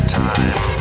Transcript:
time